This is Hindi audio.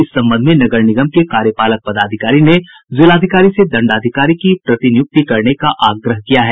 इस संबंध में नगर निगम के कार्यपालक पदाधिकारी ने जिलाधिकारी से दंडाधिकारी की प्रतिनियूक्ति करने का आग्रह किया है